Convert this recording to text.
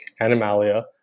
Animalia